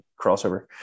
crossover